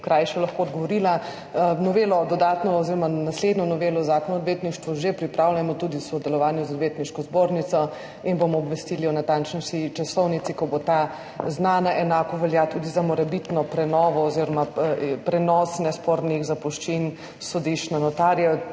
in krajše odgovorila. Naslednjo novelo Zakona o odvetništvu že pripravljamo tudi v sodelovanju z Odvetniško zbornico in bomo obvestili o natančnejši časovnici, ko bo ta znana. Enako velja tudi za morebitno prenovo oziroma prenos nespornih zapuščin sodišč na notarje.